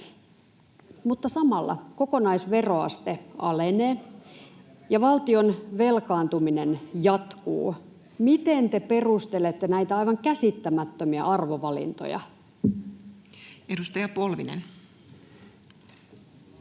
Mutta samalla kokonaisveroaste alenee ja valtion velkaantuminen jatkuu. Miten te perustelette näitä aivan käsittämättömiä arvovalintoja? Edustaja Polvinen